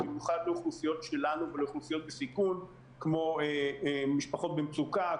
במיוחד לאוכלוסיות שלנו ולאוכלוסיות בסיכון כמו: משפחות במצוקה,